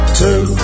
two